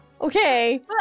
Okay